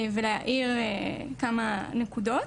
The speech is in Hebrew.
ולהאיר כמה נקודות.